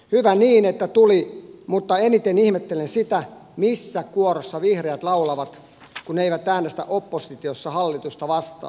hyvä niin että tuli mutta eniten ihmettelen sitä missä kuorossa vihreät laulavat kun eivät äänestä oppositiossa hallitusta vastaan